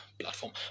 platform